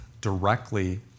directly